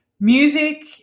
music